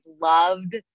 loved